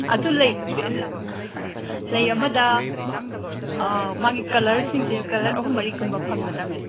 ꯑꯗꯨ ꯂꯩ ꯂꯩ ꯑꯃꯗ ꯃꯥꯒꯤ ꯀꯂꯔꯁꯤꯡꯁꯦ ꯀꯂꯔ ꯑꯍꯨꯝ ꯃꯔꯤꯒꯨꯝꯕ ꯐꯪꯒꯗ꯭ꯔ ꯃꯦꯝ